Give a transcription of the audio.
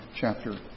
chapter